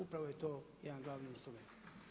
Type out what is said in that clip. Upravo je to jedan glavni instrument.